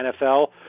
NFL